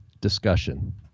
discussion